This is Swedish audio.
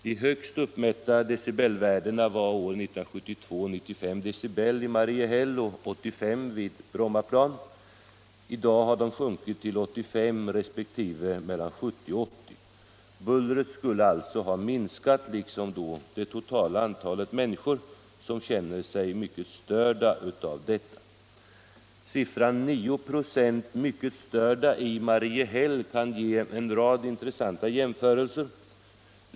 De högsta uppmätta bullervärdena år 1972 var 95 decibel i Mariehäll och 85 vid Brommaplan. I dag har de sjunkit till 85 resp. mellan 70 och 80. Bullret skulle alltså ha minskat, liksom det totala antal människor som känner sig mycket störda av det. Siffran 9 96 ”mycket störda” i Mariehäll kan ge upphov till en rad intressanta jämförelser.